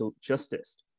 justice